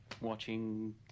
watching